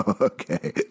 Okay